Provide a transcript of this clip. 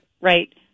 Right